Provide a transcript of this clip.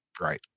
Right